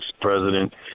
president